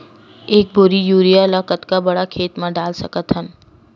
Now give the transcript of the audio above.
एक बोरी यूरिया ल कतका बड़ा खेत म डाल सकत हन?